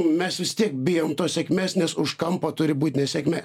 mes vis tiek bijom tos sėkmės nes už kampo turi būt nesėkmė